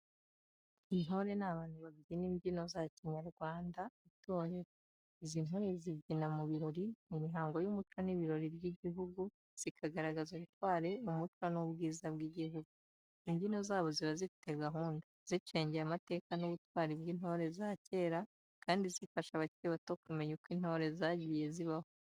Intore ni abantu babyina imbyino za kinyarwanda itorero. Izi ntore zibyina mu birori, imihango y’umuco n’ibirori by’igihugu, zikagaragaza ubutwari, umuco n’ubwiza bw’igihugu. Imbyino zabo ziba zifite gahunda, zicengeye amateka n’ubutwari bw’intore za kera, kandi zifasha abakiri bato kumenya uko intore zagiye zibaho.